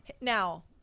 Now-